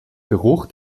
geruch